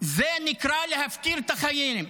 זה נקרא להפקיר את החיים.